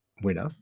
Winner